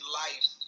life